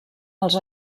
els